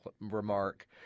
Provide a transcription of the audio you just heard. remark